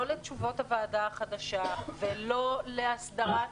לא לתשובות הוועדה החדשה ולא להסדרת